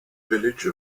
village